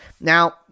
now